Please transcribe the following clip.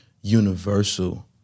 universal